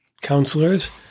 counselors